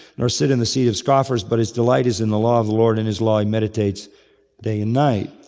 nor sit in the seat of scoffers, but his delight is in the law of the lord. in his law he meditates day and night.